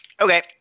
Okay